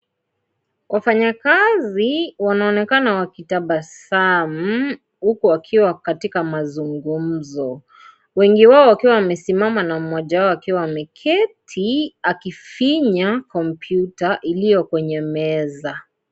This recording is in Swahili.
Wafanyakazi wanaonekana wakitabasamu huku wakiwa katika mzungumzo. Wengi wakiwa wamesimama na mmoja wao akiwa ameketi akifinya kompyuta iliyo kwenye meza.